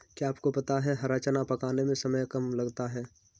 क्या आपको पता है हरा चना पकाने में समय कम लगता है?